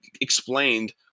explained